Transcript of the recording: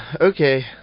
Okay